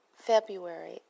february